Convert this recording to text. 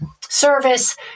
service